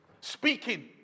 speaking